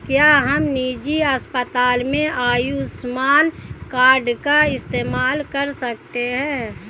क्या हम निजी अस्पताल में आयुष्मान कार्ड का इस्तेमाल कर सकते हैं?